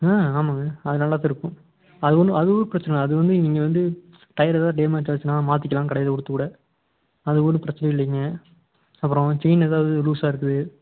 ஆ ஆமாங்க அது நல்லாத்தான் இருக்கும் அது ஒன்றும் அது ஒன்றும் பிரச்சனை இல்லை அதுவந்து நீங்கள் வந்து டயர் எதாவது டேமேஜ் ஆச்சுனா மாற்றிக்கலாம் கடையில் கொடுத்து கூட அது ஒன்றும் பிரச்சனை இல்லைங்க அப்புறம் செயினு ஏதாவது லூசாக இருக்குது